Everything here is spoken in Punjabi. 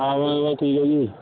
ਆਹੋ ਠੀਕ ਆ ਜੀ